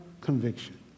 conviction